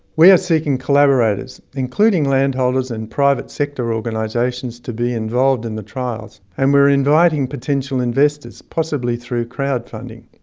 we are seeking collaborators, including landholders and private sector organisations, to be involved in the trials. and we are inviting potential investors, possibly through crowd funding.